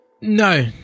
No